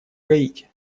гаити